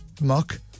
muck